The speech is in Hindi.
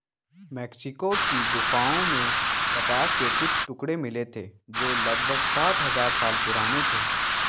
मेक्सिको की गुफाओं में कपास के कुछ टुकड़े मिले थे जो लगभग सात हजार साल पुराने थे